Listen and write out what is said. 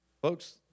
Folks